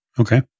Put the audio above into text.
Okay